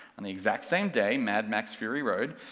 on the exact same day mad max fury road,